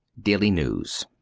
daily news